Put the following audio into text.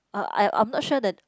uh I I'm not sure the